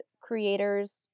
creators